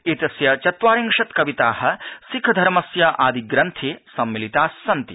एतस्य चत्वारिंशत् कविता सिखमर्धस्य अदिग्रन्थे सम्मिलितास्सन्ति